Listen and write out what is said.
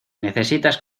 necesitas